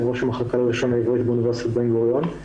אני ראש המחלקה ללשון עברית באוניברסיטת בן-גוריון.